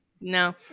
no